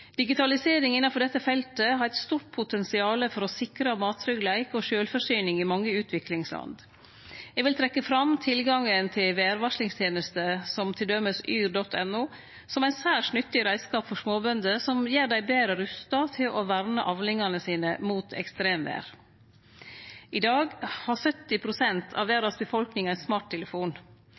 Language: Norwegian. og sjølvforsyning i mange utviklingsland. Eg vil trekkje fram tilgangen til vêrvarslingstenester som t.d. yr.no som ein særs nyttig reiskap for småbønder, som gjer dei betre rusta til å verne avlingane sine mot ekstremvêr. I dag har 70 pst. av verdas befolkning ein smarttelefon.